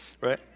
right